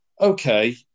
okay